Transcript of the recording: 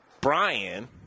Brian